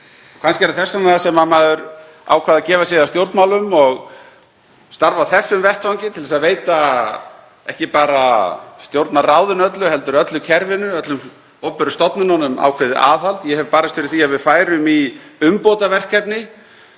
er það þess vegna sem maður ákvað að gefa sig að stjórnmálum og starfa á þessum vettvangi, til að veita ekki bara Stjórnarráðinu öllu, heldur öllu kerfinu, öllum opinberu stofnununum ákveðið aðhald. Ég hef barist fyrir því að við færum í umbótaverkefni